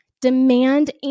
Demand